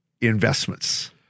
investments